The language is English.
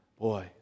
boy